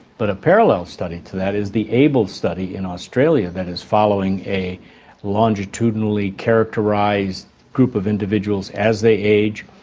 but a parallel study to that is the aibl study in australia that is following a longitudinally characterised group of individuals as they age.